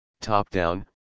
top-down